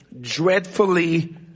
dreadfully